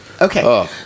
Okay